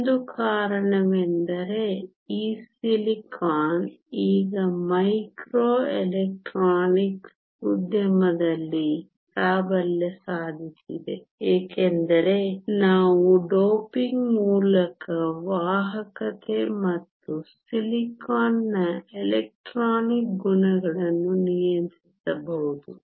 ಒಂದು ಕಾರಣವೆಂದರೆ ಈ ಸಿಲಿಕಾನ್ ಈಗ ಮೈಕ್ರೋ ಎಲೆಕ್ಟ್ರಾನಿಕ್ಸ್ ಉದ್ಯಮದಲ್ಲಿ ಪ್ರಾಬಲ್ಯ ಸಾಧಿಸಿದೆ ಏಕೆಂದರೆ ನಾವು ಡೋಪಿಂಗ್ ಮೂಲಕ ವಾಹಕತೆ ಮತ್ತು ಸಿಲಿಕಾನ್ನ ಎಲೆಕ್ಟ್ರಾನಿಕ್ ಗುಣಗಳನ್ನು ನಿಯಂತ್ರಿಸಬಹುದು